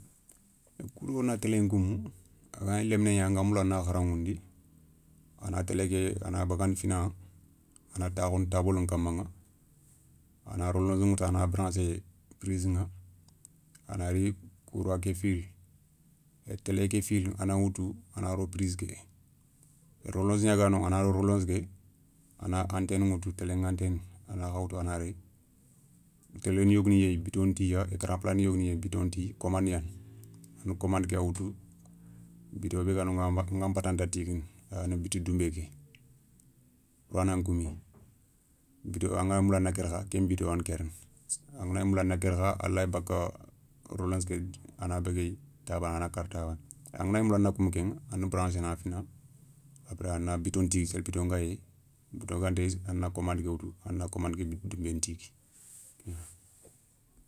Kou do na télé nkoumou a ga na gni léminé gnaana anga mounda a na kharaηoundi a na télé ké a na bagandi fina a na takhoundi tabalou nkamaηa ana rolonzou ηoutou ana branssé priziηa a nari coura ké fili, télé ké fili a na woutou, a na ro prize ké rolonzou gnaga noηa, a na ro rolonze ké a na anteni ηutou télé ηanténi a na kha woutou a na réyi, télé ni yogoni yéyi bito ntiya, ékara plat ni yogoni yéyi biton tiya commandi gnani. ana commande ké ya woutou, bito bé ga noηa nga patanta tiguini a yani bito dounbé ké pourra nan koumi, anga moula ana kéri kha, ken bito yana kérini, anga moula a na kérikha a layi bakka rolonge ké a na béguéyé ta bané a na kara ta bané, anganagna moula a na koumou kéηa a na branzé na fina après a na bouto ntigui séli bouton gayi, bito gantéyi a na commande ké woutou ana commande ké bito dounbé ntigui.